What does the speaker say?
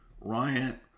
Ryan